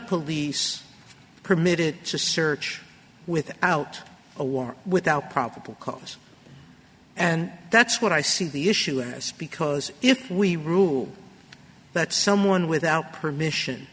police permitted to search without a war without probable cause and that's what i see the issue in this because if we rule that someone without permission